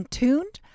tuned